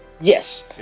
Yes